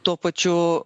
tuo pačiu